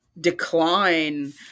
decline